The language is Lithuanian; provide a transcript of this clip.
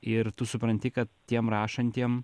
ir tu supranti kad tiem rašantiem